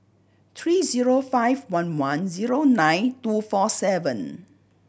three zero five one one zero nine two four seven